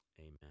amen